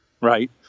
Right